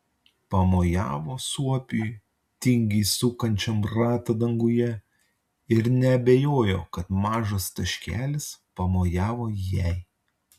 pamojavo suopiui tingiai sukančiam ratą danguje ir neabejojo kad mažas taškelis pamojavo jai